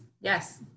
Yes